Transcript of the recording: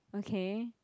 okay